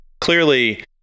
clearly